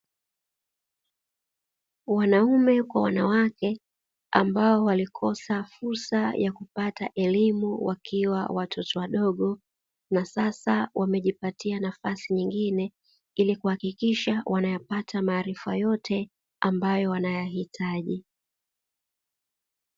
Wanaume kwa wanawake, ambao walikosa fursa ya kupata elimu wakiwa watoto wadogo na sasa wamejipatia nafasi nyingine ili kuhakikisha wanayapata maarifa yote ambayo wanayahitaji.